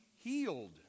Healed